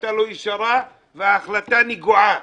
החלטה לא ישרה והחלטה נגועה.